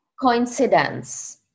coincidence